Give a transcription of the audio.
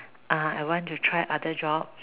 uh I want to try other jobs